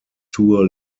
tour